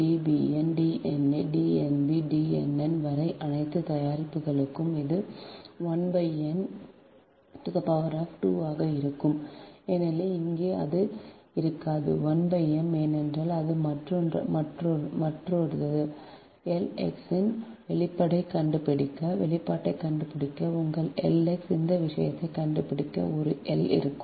Dbn D na D nb D nn வரை அனைத்து தயாரிப்புகளும் அது 1 n 2 ஆக இருக்கும் ஏனெனில் இங்கே அது இங்கே இருந்தது 1 m ஏனென்றால் அது மற்றொருது L x இன் வெளிப்பாட்டைக் கண்டுபிடிக்க உங்கள் L x இந்த விஷயத்தைக் கண்டுபிடிக்க ஒரு L இருக்கும்